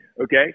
Okay